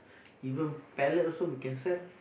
even palette also can sell